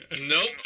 nope